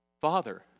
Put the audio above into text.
Father